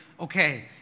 okay